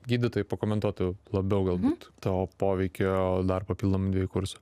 gydytojai pakomentuotų labiau galbūt to poveikio dar papildomų dviejų kursų